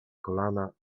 kolana